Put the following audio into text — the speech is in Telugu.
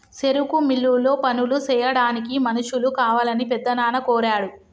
సెరుకు మిల్లులో పనులు సెయ్యాడానికి మనుషులు కావాలని పెద్దనాన్న కోరాడు